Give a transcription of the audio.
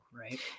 right